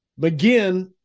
McGinn